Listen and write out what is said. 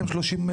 עובדים?